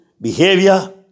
behavior